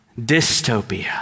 dystopia